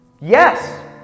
Yes